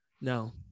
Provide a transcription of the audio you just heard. No